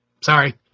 sorry